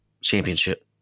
championship